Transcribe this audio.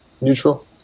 Neutral